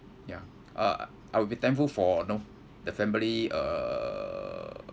ya uh I would be thankful for you know the family uh